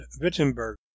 Wittenberg